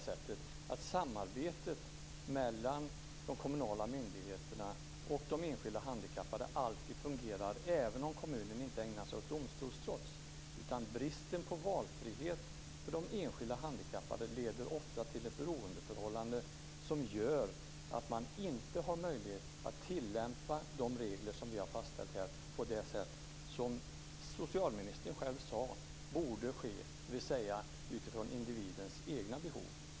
Samarbetet mellan de kommunala myndigheterna och de enskilda handikappade fungerar ju inte alltid, även om kommunen inte ägnar sig åt domstolstrots. Bristen på valfrihet för de enskilda handikappade leder ofta till ett beroendeförhållande som gör att man inte har möjlighet att tillämpa de regler som vi har fastställt här på det sätt som socialministern själv sade att man borde göra, dvs. utifrån individens egna behov.